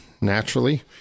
naturally